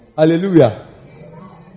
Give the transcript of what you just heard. Hallelujah